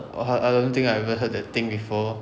orh I I don't think I ever heard that thing before